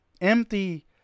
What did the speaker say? empty